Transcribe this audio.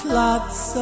lots